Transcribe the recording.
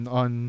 on